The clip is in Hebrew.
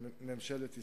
ממשלת ישראל.